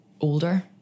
older